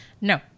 No